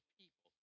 people